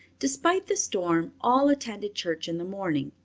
despite the storm, all attended church in the morning,